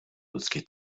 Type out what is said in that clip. ludzkie